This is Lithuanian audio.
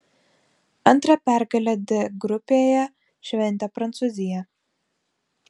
antrą pergalę d grupėje šventė prancūzija